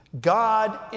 God